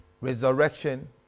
Resurrection